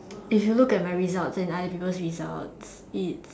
if you look at my results and other people's results it's